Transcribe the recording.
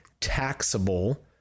taxable